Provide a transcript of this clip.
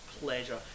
pleasure